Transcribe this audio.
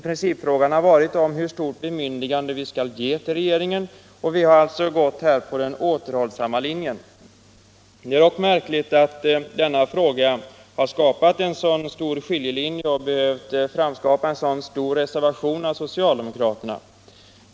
Principfrågan har varit hur stort bemyndigande vi skall ge regeringen, och vi har alltså här gått på den återhållsamma linjen. Det är dock märkligt att denna fråga har skapat en så stor skiljelinje och behövt föranleda en så stor reservation av socialdemokraterna.